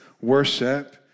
worship